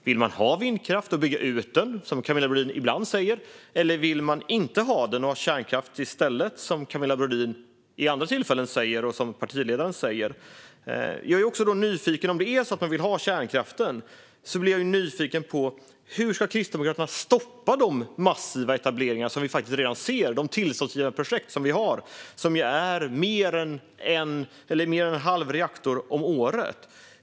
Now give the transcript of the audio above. Vill man ha vindkraft och bygga ut den, som Camilla Brodin ibland säger, eller vill man inte ha den utan ha kärnkraft i stället, som Camilla Brodin vid andra tillfällen säger och som partiledaren säger? Om det är så att Kristdemokraterna vill ha kärnkraften blir jag nyfiken på hur man ska stoppa de massiva etableringar som redan sker och de tillståndsgivna projekt som motsvarar mer än en halv reaktor om året.